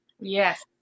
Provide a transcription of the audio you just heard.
Yes